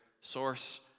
source